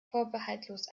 vorbehaltlos